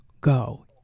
go